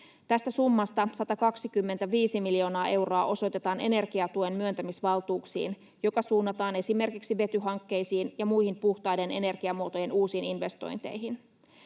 Tästä summasta 125 miljoonaa euroa osoitetaan energiatuen myöntämisvaltuuksiin, jotka suunnataan esimerkiksi vetyhankkeisiin ja muihin puhtaiden energiamuotojen uusiin investointeihin.